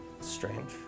strange